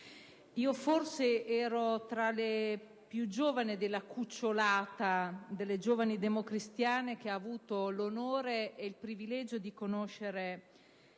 forse ero tra le più giovani della "cucciolata" delle giovani democristiane che ha avuto l'onore e il privilegio di conoscere